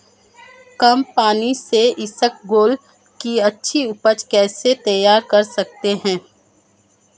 कम पानी से इसबगोल की अच्छी ऊपज कैसे तैयार कर सकते हैं?